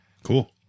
Cool